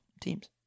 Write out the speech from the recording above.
teams